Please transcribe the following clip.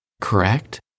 correct